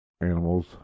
animals